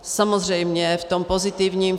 Samozřejmě v tom pozitivním.